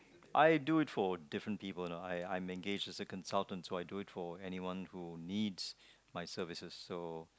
I do through different people I I'm engage as a consultant so I go through anyone who needs my services so